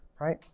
right